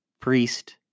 priest